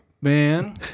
man